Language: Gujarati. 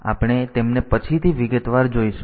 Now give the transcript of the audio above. તેથી આપણે તેમને પછીથી વિગતવાર જોઈશું